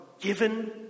given